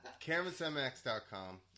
Canvasmx.com